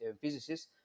physicists